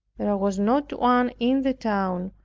there was not one in the town,